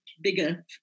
bigger